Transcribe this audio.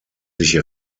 sich